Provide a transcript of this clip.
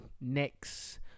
next